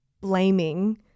blaming